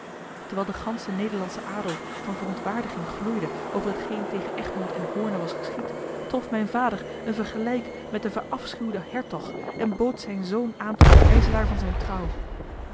terwijl de gansche nederlandsche adel van verontwaardiging gloeide over hetgeen tegen egmond en hoorne was geschied trof mijn vader een vergelijk met den verafschuwden hertog en bood zijn zoon aan tot gijzelaar van zijne trouw